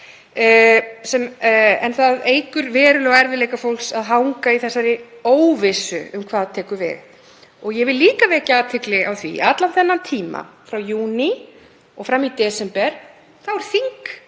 en það eykur verulega erfiðleika fólks að hanga í þessari óvissu um hvað tekur við. Ég vil líka vekja athygli á því að allan þennan tíma, frá júní og fram í desember, var þingið